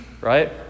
right